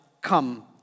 come